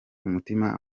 umutima